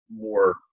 more